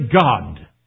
God